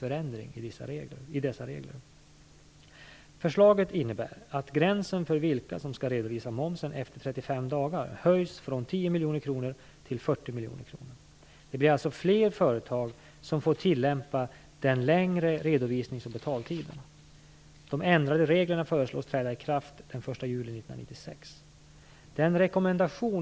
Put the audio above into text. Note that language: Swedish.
Regeringen har den 15 april i år lämnat en proposition (prop.